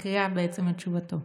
בעצם מקריאה את תשובתו.